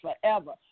forever